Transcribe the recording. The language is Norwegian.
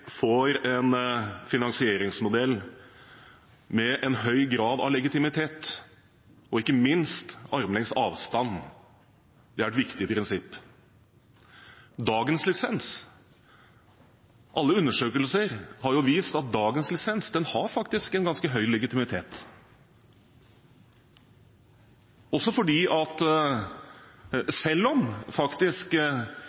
får en finansieringsmodell med høy grad av legitimitet, og ikke minst armlengdes avstand. Det er et viktig prinsipp. Alle undersøkelser har vist at dagens lisens faktisk har en ganske høy legitimitet. Selv om dette med armlengdes avstand faktisk kan diskuteres i og med at